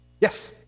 Yes